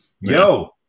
Yo